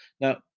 Now